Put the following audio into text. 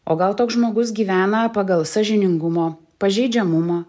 o gal toks žmogus gyvena pagal sąžiningumo pažeidžiamumo